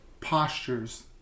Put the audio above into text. postures